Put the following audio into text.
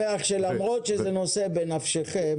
אני שמח שלמרות שזה נושא שבנפשכם,